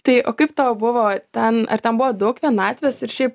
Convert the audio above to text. tai o kaip tau buvo ten ar ten buvo daug vienatvės ir šiaip